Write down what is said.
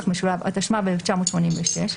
התשמ"ו 1986,